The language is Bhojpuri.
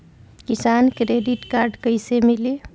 किसान क्रेडिट कार्ड कइसे मिली?